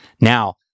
Now